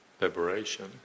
liberation